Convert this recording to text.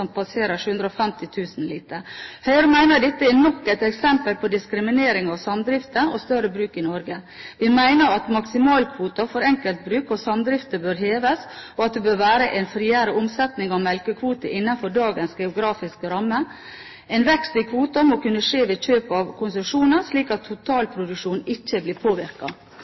passerer 750 000 liter. Høyre mener dette er nok et eksempel på diskriminering av samdrifter og større bruk i Norge. Vi mener at maksimalkvoten for enkeltbruk og samdrifter bør heves, og at det bør være en friere omsetning av melkekvoter innenfor dagens geografiske ramme. En vekst i kvoten må kunne skje ved kjøp av konsesjoner, slik at totalproduksjonen ikke blir